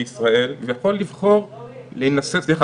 ובעיקר גירושים אזרחיים,